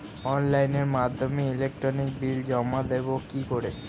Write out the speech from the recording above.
অনলাইনের মাধ্যমে electric bill জমা দেবো কি করে?